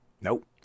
nope